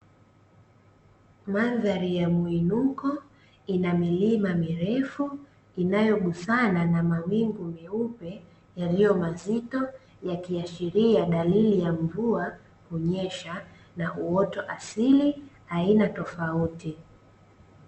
Mandhari ya muinuko yenye milima mirefu inayogusana na mawingu meupe yaliyo mazito, yakiashiria dalili ya mvua kunyesha na uoto asili aina tofauti.